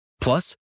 Plus